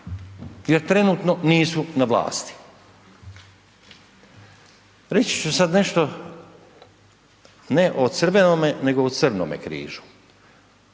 jer trenutno nisu na vlasti. Reći ću sad nešto, ne o crvenome, nego o crnome križu,